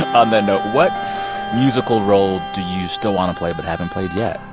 um ah note, what musical role do you still want to play but haven't played yet?